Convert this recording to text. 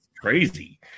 crazy